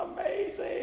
amazing